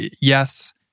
yes